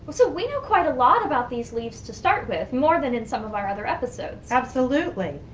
so, we know quite a lot about these leaves to start with, more than in some of our other episodes. absolutely.